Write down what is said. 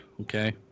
okay